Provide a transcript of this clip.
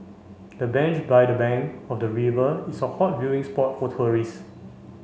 the bench by the bank of the river is a hot viewing spot for tourist